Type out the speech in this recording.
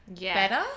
better